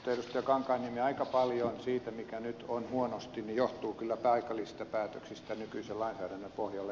kankaanniemi aika paljon siitä mikä nyt on huonosti johtuu kyllä paikallisista päätöksistä nykyisen lainsäädännön pohjalla